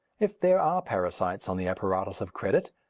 if there are parasites on the apparatus of credit,